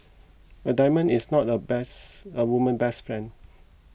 a diamond is not a best a woman's best friend